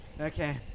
Okay